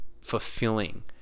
fulfilling